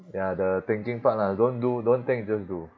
ya the thinking part lah don't do don't think just do